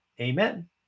Amen